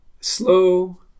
slow